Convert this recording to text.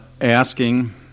asking